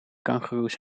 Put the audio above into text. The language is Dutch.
kangoeroes